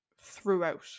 throughout